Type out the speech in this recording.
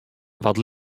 wat